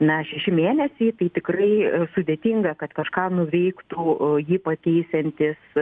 na šeši mėnesiai tai tikrai sudėtinga kad kažką nuveiktų jį pakeisiantis